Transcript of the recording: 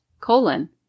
colon